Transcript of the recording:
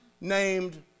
named